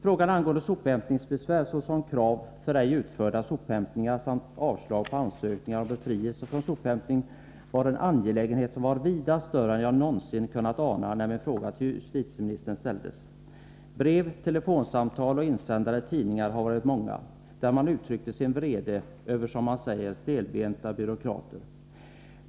Besvär angående sophämtning, såsom krav för ej utförda sophämtningar samt avslag på ansökningar om befrielse från sophämtning, är en angelägenhet som är vida större än jag någonsin kunde ana när jag ställde min fråga till justitieministern. Breven, telefonsamtalen och insändarna i tidningarna har varit många, och man har där uttryckt sin vrede över, som man säger, stelbenta byråkrater.